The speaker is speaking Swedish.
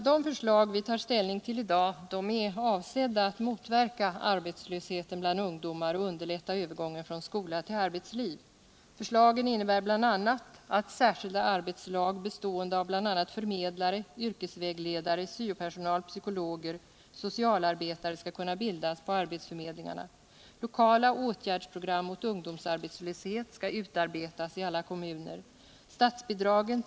De förslag vi tar ställning till i dag är avsedda att motverka arbetslösheten bland ungdomar och underlätta övergången från skota till arbetsliv. Förslagen innebär bl.a.: Lokala åtgärdsprogram mot ungdomsarbetslöshet skall utarbetas i alla kommuner.